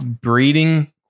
breeding